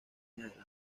adelante